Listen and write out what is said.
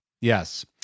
Yes